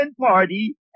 party